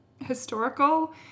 historical